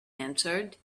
answered